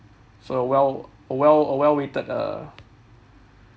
so well well a well weighted uh